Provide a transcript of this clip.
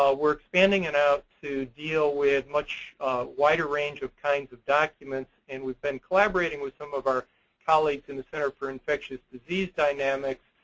ah we're expanding it out to deal with a much wider range of kinds of documents. and we've been collaborating with some of our colleagues in the center for infectious disease dynamics.